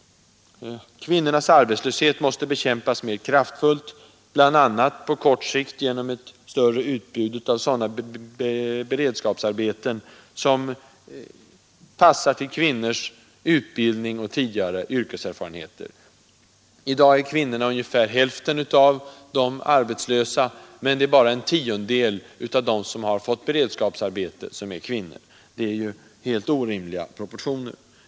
Kvinnornas arbetslöshet måste bekämpas mera kraftfullt, bl.a. på kort sikt genom ett större utbud av beredskapsarbeten, som svarar mot kvinnors utbildning och tidigare yrkeserfarenheter. I dag är kvinnorna ungefär hälften av de arbetslösa, men bara en tiondel av dem som fått beredskapsarbete är kvinnor. Det är ju helt orimliga proportioner.